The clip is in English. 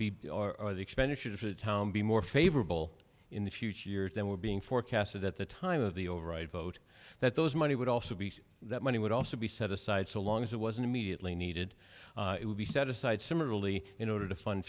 expenditure to be more favorable in the future years than were being forecasted at the time of the override vote that those money would also be that money would also be set aside so long as it wasn't immediately needed it would be set aside similarly in order to fund